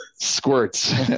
Squirts